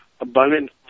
abundant